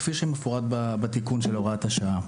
כפי שמפורט בתיקון של הוראת השעה.